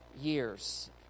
years